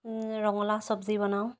ৰঙলাও চব্জি বনাওঁ